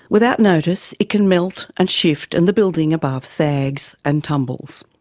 without notice, it can melt and shift and the building above sags and tumbles.